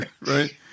Right